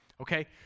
Okay